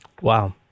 Wow